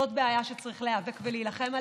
זאת בעיה שצריך להיאבק ולהילחם עליה,